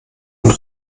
und